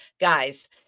guys